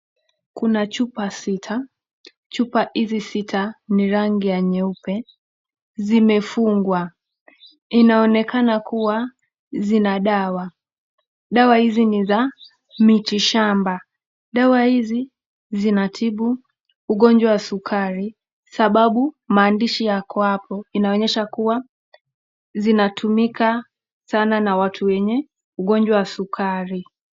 kuna chupa sita, chupa hizi sita ni rangi ya nyeupe zimefungwa inaonekana kuwa zina dawa, dawa hizi niza miti shamba. Dawa hizi zinatibu ugonjwa wa sukari sababu maandishi yako hapo inaonyesha kuwa zinatumika sana na watu wenye ugonjwa wa sukari..